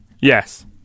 Yes